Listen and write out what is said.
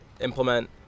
implement